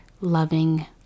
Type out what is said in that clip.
loving